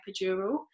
epidural